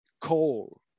coal